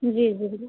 जी जी